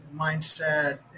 mindset